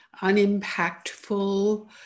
unimpactful